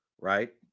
right